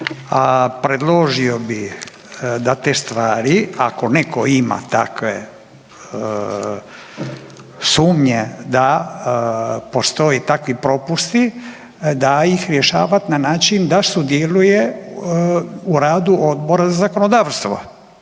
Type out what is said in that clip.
a predložio da te stvari ako neko ima takve sumnje da postoje takvi propusti da ih rješava na način da sudjeluje na radu Odbora za zakonodavstvo